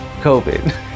COVID